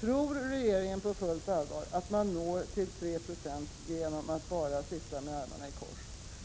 Tror regeringen på fullt allvar att man når 3 20 genom att bara sitta med armarna i kors?